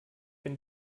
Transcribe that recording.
wenn